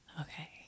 Okay